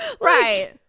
Right